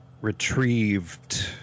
retrieved